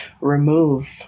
remove